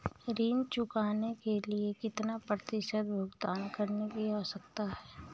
ऋण चुकाने के लिए कितना प्रतिशत भुगतान करने की आवश्यकता है?